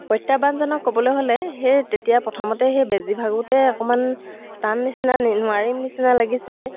প্ৰত্যাহ্বানজনক ক'বলৈ হ'লে সেই তেতিয়া প্ৰথমতে সেই বেজী ভাগোঁতে অকণমান টান নিচিনা নোৱাৰিম নিচিনা লাগিছিলে